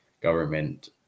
government